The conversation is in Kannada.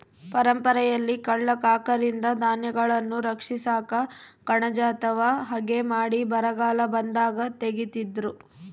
ಪರಂಪರೆಯಲ್ಲಿ ಕಳ್ಳ ಕಾಕರಿಂದ ಧಾನ್ಯಗಳನ್ನು ರಕ್ಷಿಸಾಕ ಕಣಜ ಅಥವಾ ಹಗೆ ಮಾಡಿ ಬರಗಾಲ ಬಂದಾಗ ತೆಗೀತಿದ್ರು